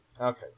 Okay